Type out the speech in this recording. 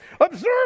Observe